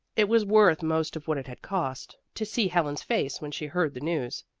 it was worth most of what it had cost to see helen's face when she heard the news.